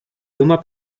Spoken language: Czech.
doma